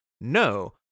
no